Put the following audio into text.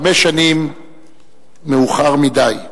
חמש שנים מאוחר מדי.